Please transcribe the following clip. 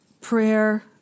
prayer